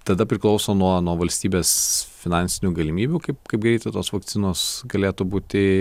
tada priklauso nuo nuo valstybės finansinių galimybių kaip kaip greitai tos vakcinos galėtų būti